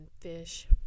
fish